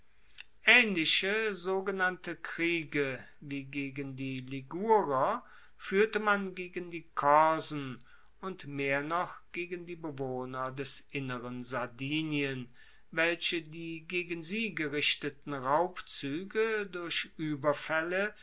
aehnliche sogenannte kriege wie gegen die ligurer fuehrte man gegen die korsen und mehr noch gegen die bewohner des inneren sardinien welche die gegen sie gerichteten raubzuege durch